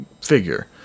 figure